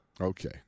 Okay